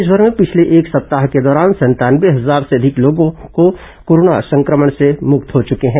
प्रदेशभर भें पिछले एक सप्ताह के दौरान संतानवे हजार से अधिक लोगों कोरोना संक्रमण से मुक्त हो चुके हैं